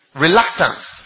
reluctance